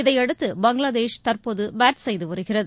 இதையடுத்து பங்களாதேஷ் தற்போது பேட் செய்து வருகிறது